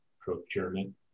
procurement